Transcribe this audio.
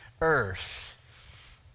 earth